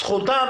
זכותם,